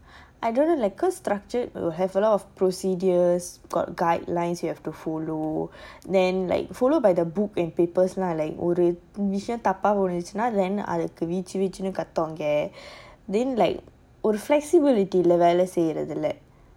I don't like like cause structured will have a lot of procedures got guidelines you have to follow then like followed by the book in papers lah like old days ஒருவிஷயம்தப்பஇருந்துச்சுன்னாவீச்சுவீச்சுன்னுகத்துவங்க:oru visayam thappa irunthuchuna veechu veechunu kathuvanga then like flexible இல்லவேலைசெய்றதுல:illa vela seirathula